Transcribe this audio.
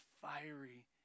fiery